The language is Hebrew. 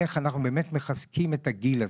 לאופן שבו שאנחנו באמת מחזקים את גיל הזה.